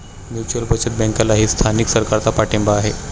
mutual बचत बँकेलाही स्थानिक सरकारचा पाठिंबा आहे